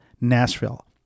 Nashville